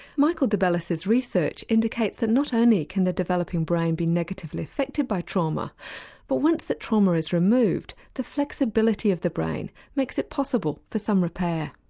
michael debellis's research indicates that not only can the developing brain be negatively affected by trauma but once the trauma is removed, the flexibility of the brain makes it possible for some repair.